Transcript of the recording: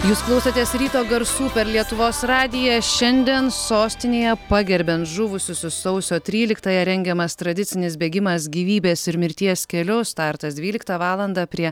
jūs klausotės ryto garsų per lietuvos radiją šiandien sostinėje pagerbiant žuvusiusius sausio tryliktąją rengiamas tradicinis bėgimas gyvybės ir mirties keliu startas dvyliktą valandą prie